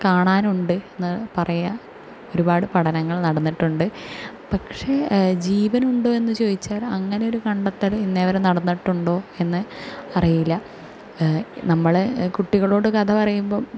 കാണാനുണ്ട് എന്ന് പറയാൻ ഒരുപാട് പഠനങ്ങൾ നടന്നിട്ടുണ്ട് പക്ഷേ ജീവനുണ്ടോ എന്ന് ചോദിച്ചാൽ അങ്ങനെ ഒരു കണ്ടെത്തൽ ഇന്നേ വരെ നടന്നിട്ടുണ്ടോ എന്ന് അറിയില്ല നമ്മൾ കുട്ടികളോട് കഥ പറയുമ്പോൾ